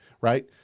right